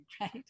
right